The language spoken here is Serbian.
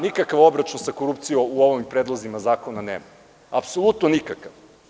Nikakav obračun sa korupcijom u ovim predlozima zakona nema, apsolutno nikakav.